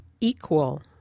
equal